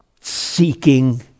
seeking